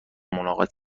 ملاقات